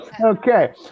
Okay